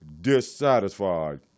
dissatisfied